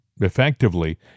effectively